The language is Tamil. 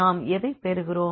நாம் எதை பெறுகிறோம்